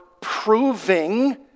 proving